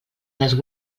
les